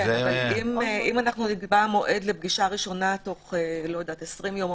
אם נקבע מועד לפגישה ראשונה תוך 20 יום,